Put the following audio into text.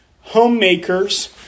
homemakers